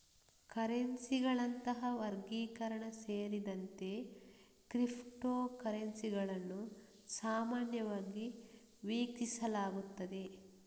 ಕರೆನ್ಸಿಗಳಂತಹ ವರ್ಗೀಕರಣ ಸೇರಿದಂತೆ ಕ್ರಿಪ್ಟೋ ಕರೆನ್ಸಿಗಳನ್ನು ಸಾಮಾನ್ಯವಾಗಿ ವೀಕ್ಷಿಸಲಾಗುತ್ತದೆ